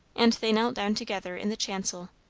and they knelt down together in the chancel.